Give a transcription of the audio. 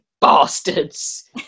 bastards